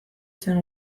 zen